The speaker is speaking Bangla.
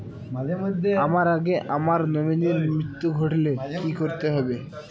আমার আগে আমার নমিনীর মৃত্যু ঘটলে কি করতে হবে?